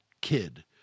Kid